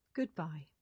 Goodbye